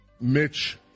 Mitch